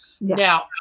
Now